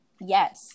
Yes